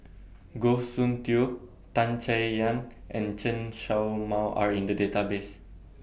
Goh Soon Tioe Tan Chay Yan and Chen Show Mao Are in The Database